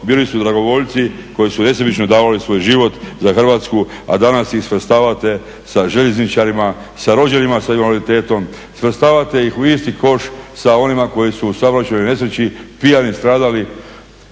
bili su dragovoljci koji su nesebično davali svoj život za Hrvatsku, a danas ih svrstavate sa željezničarima, sa rođenima sa invaliditetom, svrstavate ih u isti koš sa onima koji su u saobraćajnoj nesreći pijani stradali,